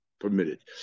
permitted